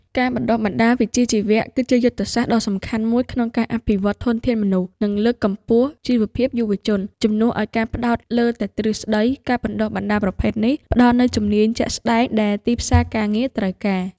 ការបណ្តុះបណ្តាលវិជ្ជាជីវៈ គឺជាយុទ្ធសាស្ត្រដ៏សំខាន់មួយក្នុងការអភិវឌ្ឍធនធានមនុស្ស និងលើកកម្ពស់ជីវភាពយុវជន។ ជំនួសឱ្យការផ្តោតលើតែទ្រឹស្តី ការបណ្តុះបណ្តាលប្រភេទនេះផ្តល់នូវជំនាញជាក់ស្តែងដែលទីផ្សារការងារត្រូវការ។